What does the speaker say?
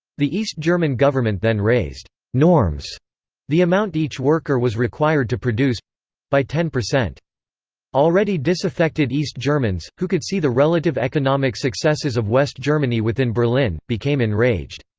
the east german government then raised norms the amount each worker was required to produce by ten. already disaffected east germans, who could see the relative economic successes of west germany within berlin, became enraged.